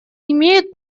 имеют